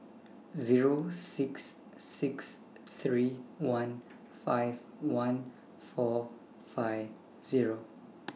Zero six six three one five one four five Zero